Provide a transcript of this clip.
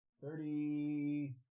thirty